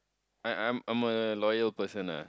I'm I'm I'm a loyal person ah